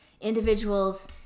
individuals